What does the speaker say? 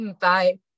Bye